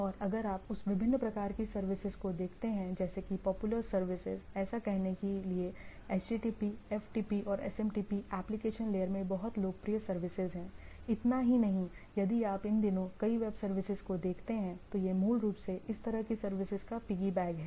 और अगर आप उस विभिन्न प्रकार की सर्विसेज को देखते हैं जैसे कि पॉपुलर सर्विसेज ऐसा कहने के लिए एचटीटीपी एफटीपी और एसएमटीपी एप्लिकेशन लेयर में बहुत लोकप्रिय सर्विसेज हैं इतना ही नहीं यदि आप इन दिनों कई वेब सर्विसेज को देखते हैं तो ये मूल रूप से इस तरह की सर्विसेज का पिग्गीबैक हैं